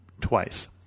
twice